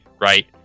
right